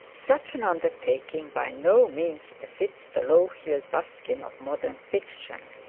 such an undertaking by no means befits the low-heeled buskin of modern fiction.